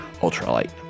ultralight